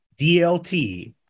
DLT